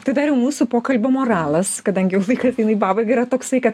tai dariau mūsų pokalbio moralas kadangi jau laikas eina į pabaigą yra toksai kad